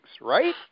right